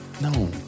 No